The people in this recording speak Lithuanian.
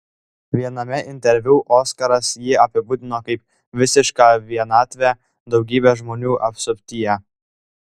viename interviu oskaras jį apibūdino kaip visišką vienatvę daugybės žmonių apsuptyje